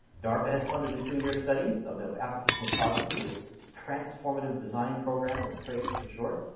darpa has funded a two-year study of the application of posits to its transformative design program or trades for short.